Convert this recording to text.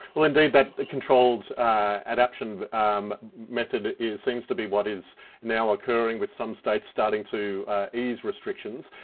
well indeed that controlled adaptation method seems to be what is now occurring with some states starting to ease restrictions.